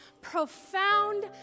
profound